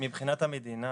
מבחינת המדינה,